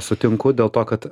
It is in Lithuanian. sutinku dėl to kad